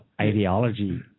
ideology